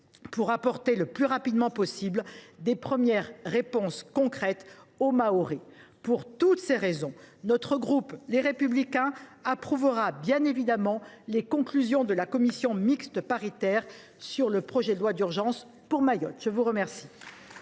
pour apporter le plus rapidement possible de premières réponses concrètes aux Mahorais. Pour toutes ces raisons, le groupe Les Républicains approuvera les conclusions de la commission mixte paritaire sur le projet de loi d’urgence pour Mayotte. Bravo ! La parole